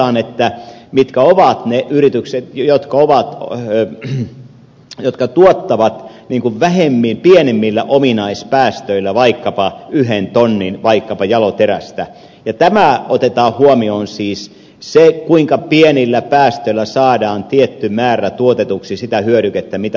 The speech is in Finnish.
katsotaan mitkä ovat ne yritykset jotka tuottavat pienemmillä ominaispäästöillä vaikkapa yhden tonnin jaloterästä ja tämä otetaan huomioon siis se kuinka pienillä päästöillä saadaan tietty määrä tuotetuksi sitä hyödykettä mitä tuotetaan